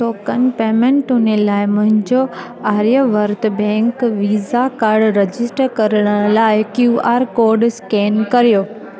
token पेमेंटुनि लाइ मुंहिंजो Aryavart bank Visa card register करण लाइ क्यूआर कोड स्कैन कयो